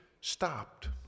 stopped